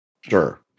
Sure